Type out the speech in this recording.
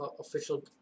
official